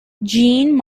jean